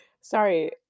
Sorry